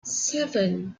seven